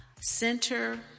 center